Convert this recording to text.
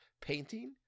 painting